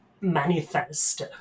manifest